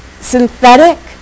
Synthetic